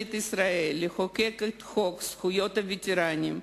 ממשלת ישראל לחוקק את חוק זכויות הווטרנים.